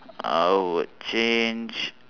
I would change